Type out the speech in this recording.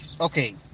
Okay